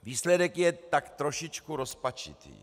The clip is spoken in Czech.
Výsledek je tak trošičku rozpačitý.